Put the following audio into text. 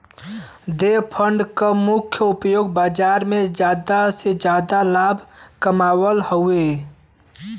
hedge fund क मुख्य उपयोग बाजार में जादा से जादा लाभ कमावल हउवे